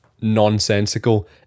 nonsensical